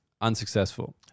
unsuccessful